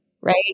Right